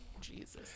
Jesus